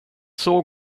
såg